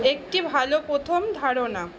একটি ভালো প্রথম ধারণা